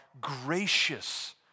gracious